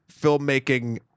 filmmaking